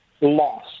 loss